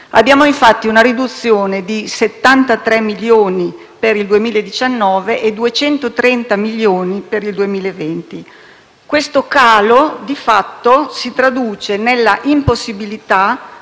Abbiamo infatti una riduzione di 73 milioni per il 2019 e 230 milioni per il 2020 e, di fatto, questo calo si traduce nella impossibilità